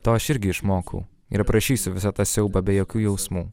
to aš irgi išmokau ir aprašysiu visą tą siaubą be jokių jausmų